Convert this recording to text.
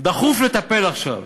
דחוף לטפל עכשיו.